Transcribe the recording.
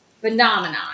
phenomenon